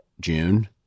June